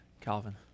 Calvin